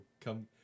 come